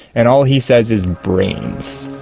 and all he says is, brains!